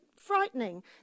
frightening